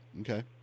Okay